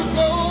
go